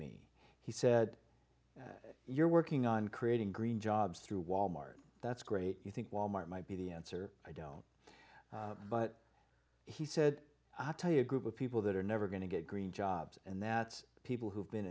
me he said that you're working on creating green jobs through wal mart that's great you think wal mart might be the answer i don't but he said i'll tell you a group of people that are never going to get green jobs and that people who've been